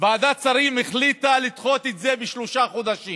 ועדת שרים החליטה לדחות את זה בשלושה חודשים.